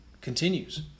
continues